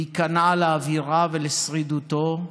ייכנע לאווירה ולשרידותו,